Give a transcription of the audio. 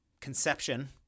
Conception